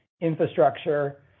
infrastructure